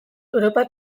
europar